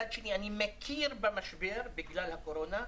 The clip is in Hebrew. מצד שני, אני מכיר במשבר בגלל הקורונה.